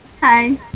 Hi